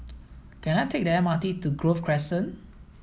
can I take the M R T to Grove Crescent